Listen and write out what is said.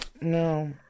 no